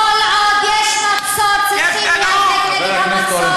כי כל עוד יש מצור, חבר הכנסת אורן חזן.